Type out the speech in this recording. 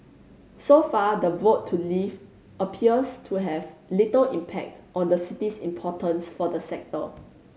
so far the vote to leave appears to have little impact on the city's importance for the sector